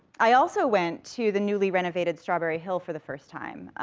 i also went to the newly renovated strawberry hill for the first time,